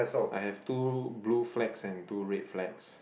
I have two blue flags and two red flags